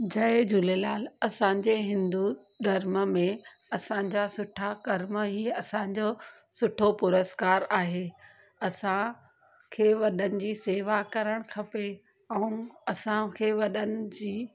जय झूलेलाल असांजे हिंदू धर्म में असांजा सुठा कर्म ई असांजो सुठो पुरस्कार आहे असांखे वॾनि जी सेवा करणु खपे ऐं असांखे वॾनि जी